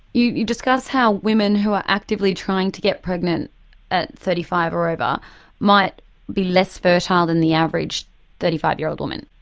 you discuss how women who are actively trying to get pregnant at thirty five or over might be less fertile than the average thirty five year old woman.